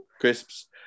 crisps